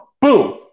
Boom